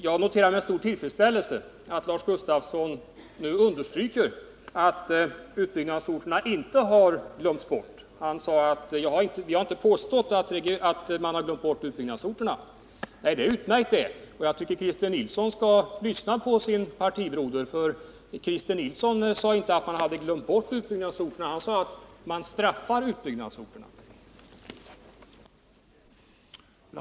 Jag noterar med stor tillfredsställelse att Lars Gustafsson nu understryker att utbyggnadsorterna inte har glömts bort; han sade att han inte påstått att man glömt bort utbyggnadsorterna. Det är utmärkt det, och jag tycker att Christer Nilsson skall lyssna till sin partibroder — Christer Nilsson sade inte att man glömt bort utbyggnadsorterna utan han sade att man straffar utbyggnadsorterna.